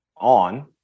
on